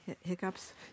hiccups